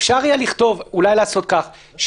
אפשר יהיה אולי לעשות כך,